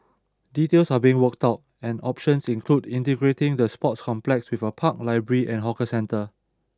details are being worked out and options include integrating the sports complex with a park library and hawker centre